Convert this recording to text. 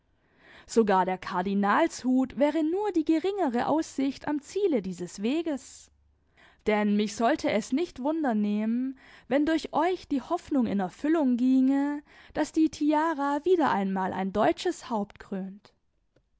sogar der kardinalshut wäre nur die geringere aussicht am ziele dieses weges denn mich sollte es nicht wundernehmen wenn durch euch die hoffnung in erfüllung ginge daß die tiara wieder einmal ein deutsches